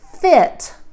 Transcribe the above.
fit